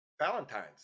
valentine's